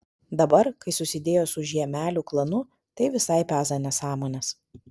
dabar kai susidėjo su žiemelių klanu tai visai peza nesąmones